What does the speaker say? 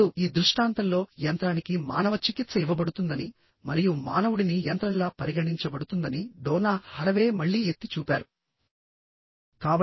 ఇప్పుడుఈ దృష్టాంతంలో యంత్రానికి మానవ చికిత్స ఇవ్వబడుతుందని మరియు మానవుడిని యంత్రంలా పరిగణించబడుతుందని డోనా హరవే మళ్ళీ ఎత్తి చూపారు